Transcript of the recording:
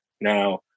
Now